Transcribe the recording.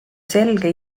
selge